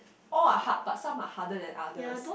oh hard but some are harder than others